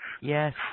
yes